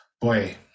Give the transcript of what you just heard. Boy